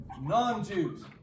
non-Jews